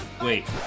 Wait